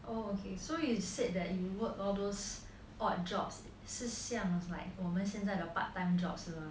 oh okay so you said that you work all those odd jobs 是像我们现在的 part time jobs 是吗